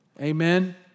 Amen